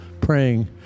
praying